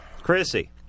Chrissy